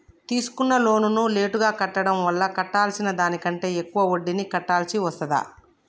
తీసుకున్న లోనును లేటుగా కట్టడం వల్ల కట్టాల్సిన దానికంటే ఎక్కువ వడ్డీని కట్టాల్సి వస్తదా?